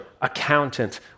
accountant